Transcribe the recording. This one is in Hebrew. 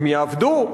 הם יעבדו?